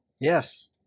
Yes